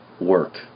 work